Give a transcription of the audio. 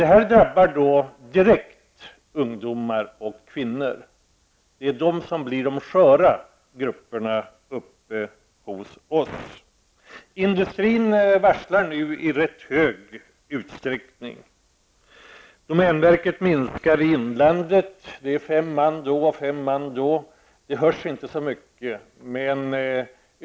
Detta drabbar direkt ungdomar och kvinnor. Det är de som blir de sköra grupperna uppe hos oss. Industrin varslar nu i ganska stor utsträckning. Domänverket minskar i inlandet. Det gäller fem män nu och fem då. Det låter inte så farligt.